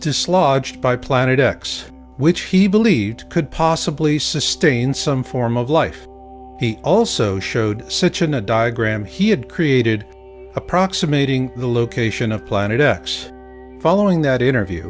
dislodged by planet x which he believed could possibly sustain some form of life he also showed such an a diagram he had created approximating the location of planet x following that interview